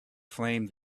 flame